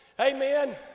Amen